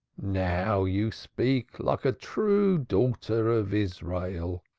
now you speak like a true daughter of israel.